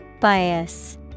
Bias